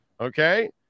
okay